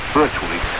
virtually